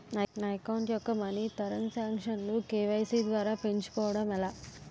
నా అకౌంట్ యెక్క money transaction లు కే.వై.సీ ద్వారా పెంచుకోవడం ఎలా?